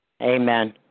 Amen